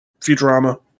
Futurama